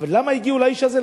אבל למה הגיעו לאיש הזה?